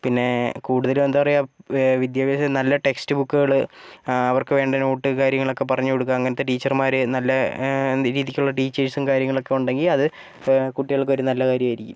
പിന്നെ കൂടുതലും എന്താണ് പറയുക വിദ്യാഭ്യാസ നല്ല ടെക്സ്റ്റ് ബുക്കുകൾ അവർക്ക് വേണ്ട നോട്ട് കാര്യങ്ങളൊക്കെ പറഞ്ഞു കൊടുക്കുക അങ്ങനത്തെ ടീച്ചർമാർ നല്ല രീതിക്കുള്ള ടീച്ചേഴ്സും കാര്യങ്ങളുമൊക്കെ ഉണ്ടെങ്കിൽ അത് കുട്ടികൾക്കൊരു നല്ല കാര്യമായിരിക്കും